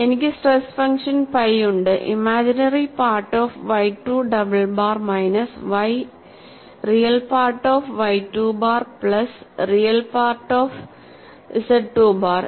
എനിക്ക് stress function phi ഉണ്ട്ഇമേജിനറി part of YII double bar minus y real part of YII bar plus real part of ZII bar